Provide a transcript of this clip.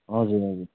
हजुर हजुर